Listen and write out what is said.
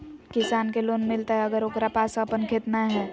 किसान के लोन मिलताय अगर ओकरा पास अपन खेत नय है?